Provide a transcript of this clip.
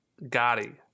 Gotti